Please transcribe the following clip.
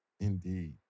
Indeed